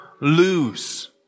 lose